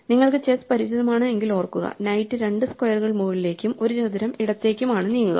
നിങ്ങൾക്ക് ചെസ്സ് പരിചിതമാണ് എങ്കിൽ ഓർക്കുക നൈറ്റ് രണ്ട് സ്ക്വയറുകൾ മുകളിലേക്കും ഒരു ചതുരം ഇടത്തേക്കും ആണ് നീക്കുക